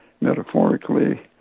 metaphorically